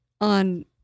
on